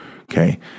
Okay